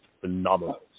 phenomenal